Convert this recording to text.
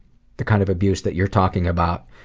the kind of abuse that you're talking about,